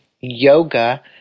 yoga